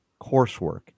coursework